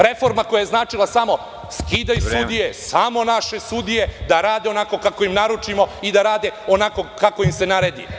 Reforma koja je značila samo skidaj sudije, samo naše sudije da rade onako kako im naručimo i da rade onako kako im se naredi.